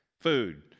Food